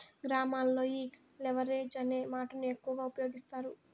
గ్రామాల్లో ఈ లెవరేజ్ అనే మాటను ఎక్కువ ఉపయోగిస్తారు